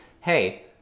hey